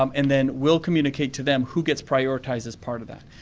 um and then we'll communicate to them who gets prioritized as part of that,